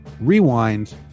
rewind